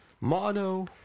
Mono